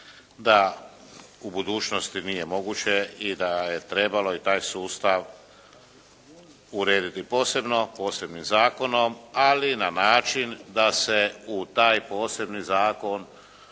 da u budućnosti nije moguće i da je trebalo i taj sustav urediti posebno posebnim zakonom ali na način da se u taj posebni zakon